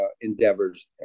endeavors